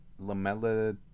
Lamella